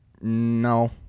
no